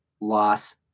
loss